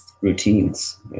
routines